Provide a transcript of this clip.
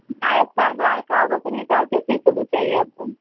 भैंस का गाय का बकरी का किस चीज का दूध चाहिए आपको